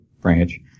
branch